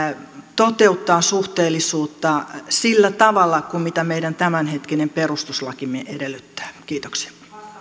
toteuttaa suhteellisuutta sillä tavalla kuin meidän tämänhetkinen perustuslakimme edellyttää kiitoksia